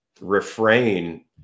refrain